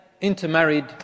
Intermarried